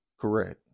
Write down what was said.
Correct